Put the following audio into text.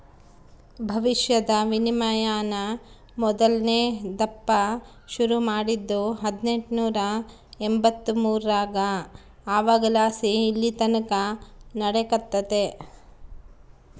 ಭವಿಷ್ಯದ ವಿನಿಮಯಾನ ಮೊದಲ್ನೇ ದಪ್ಪ ಶುರು ಮಾಡಿದ್ದು ಹದಿನೆಂಟುನೂರ ಎಂಬಂತ್ತು ಮೂರರಾಗ ಅವಾಗಲಾಸಿ ಇಲ್ಲೆತಕನ ನಡೆಕತ್ತೆತೆ